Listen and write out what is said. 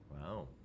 Wow